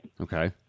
Okay